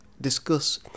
discuss